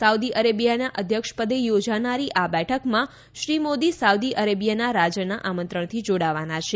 Saudi અરેબિયાના અધ્યક્ષપદે યોજાનારી આ બેઠકમાં શ્રી મોદી સાઉદી અરેબિયાના રાજાના આમંત્રણથી જોડાવાના છે